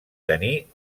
tenir